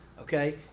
okay